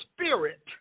spirit